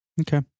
Okay